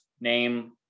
name